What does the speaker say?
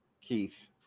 Keith